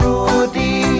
Rudy